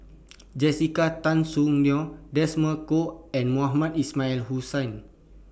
Jessica Tan Soon Neo Desmond Kon and Mohamed Ismail Hussain